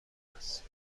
است